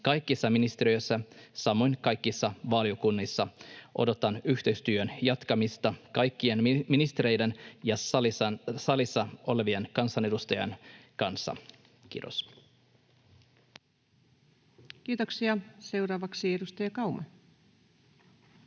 kaikissa ministeriöissä, samoin kaikissa valiokunnissa. Odotan yhteistyön jatkamista kaikkien ministereiden ja salissa olevien kansanedustajien kanssa. — Kiitos. Kiitoksia. — Seuraavaksi edustaja Kauma.